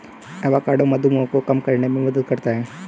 avocado मधुमेह को कम करने में मदद करता है